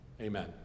Amen